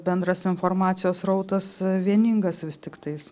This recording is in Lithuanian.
bendras informacijos srautas vieningas vis tiktais